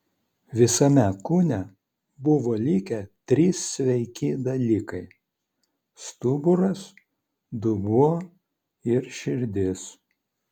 visame kūne buvo likę trys sveiki dalykai stuburas dubuo ir širdis